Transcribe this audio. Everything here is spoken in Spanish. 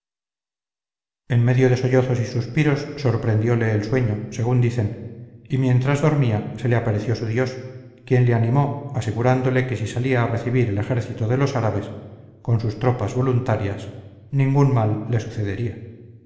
en medio de sollozos y suspiros sorprendióle el sueño según dicen y mientras dormía se le apareció su dios quien le animó asegurándole que si salía a recibir el ejército de los árabes con sus tropas voluntarias ningún mal le sucedería